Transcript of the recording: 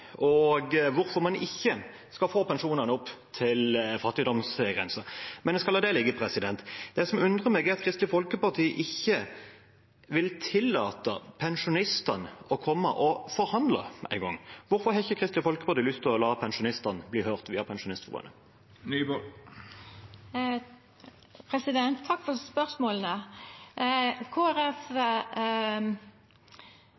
og hvorfor man ikke skal få pensjonene opp til fattigdomsgrensen. Men jeg skal la det ligge. Det som undrer meg, er at Kristelig Folkeparti ikke engang vil tillate pensjonistene å komme og forhandle. Hvorfor har ikke Kristelig Folkeparti lyst til å la pensjonistene bli hørt via Pensjonistforbundet? Takk for